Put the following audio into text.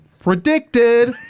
Predicted